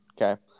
Okay